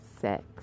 sex